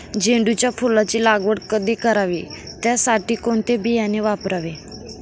झेंडूच्या फुलांची लागवड कधी करावी? त्यासाठी कोणते बियाणे वापरावे?